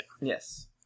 Yes